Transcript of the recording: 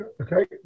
Okay